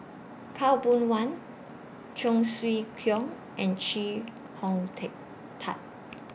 Khaw Boon Wan Cheong Siew Keong and Chee Hong Tat